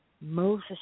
Moses